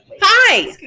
Hi